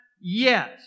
yes